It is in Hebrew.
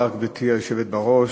גברתי היושבת בראש,